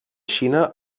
xina